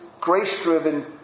grace-driven